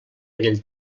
aquell